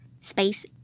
space